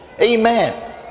Amen